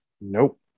Nope